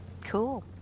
Cool